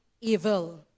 evil